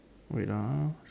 wait ah